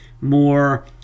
more